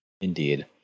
Indeed